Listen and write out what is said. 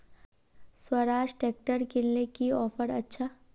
Swaraj tractor किनले की offer अच्छा?